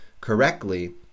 correctly